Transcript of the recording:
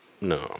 No